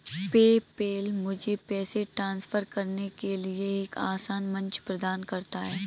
PayPal मुझे पैसे transfer करने के लिए एक आसान मंच प्रदान करता है